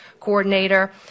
coordinator